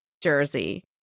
Jersey